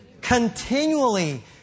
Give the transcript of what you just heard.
Continually